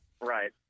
right